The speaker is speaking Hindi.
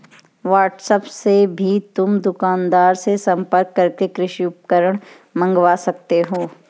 व्हाट्सएप से भी तुम दुकानदार से संपर्क करके कृषि उपकरण मँगवा सकते हो